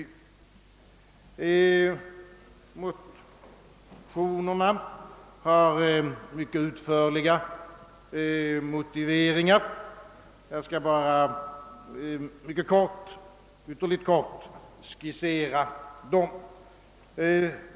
Motionerna har mycket utförliga motiveringar. Jag skall bara ytterligt kort skissera innehållet i dessa.